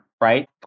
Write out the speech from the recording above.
right